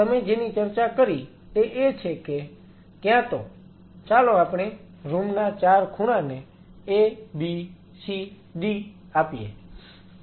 તો તમે જેની ચર્ચા કરી તે એ છે કે ક્યાં તો ચાલો આપણે રૂમના 4 ખૂણાને A B C D આપીએ